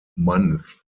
month